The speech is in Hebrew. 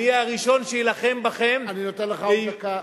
אני אהיה הראשון שיילחם בכם, אני נותן לך עוד דקה.